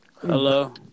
hello